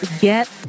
get